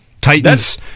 Titans